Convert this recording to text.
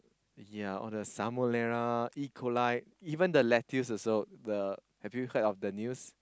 yea all the salmonella E-coli even the lettuce also the have you heard of the news